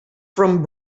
from